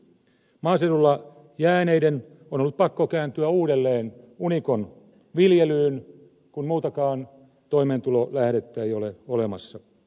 maaseudulle jääneiden on ollut pakko kääntyä uudelleen unikon viljelyyn kun muutakaan toimeentulon lähdettä ei ole olemassa